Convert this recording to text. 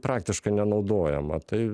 praktiškai nenaudojama tai